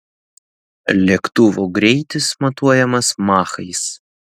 lėktuvų greitis matuojamas machais